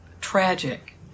tragic